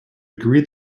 agree